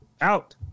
out